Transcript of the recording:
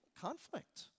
conflict